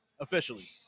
officially